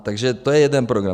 Takže to je jeden program.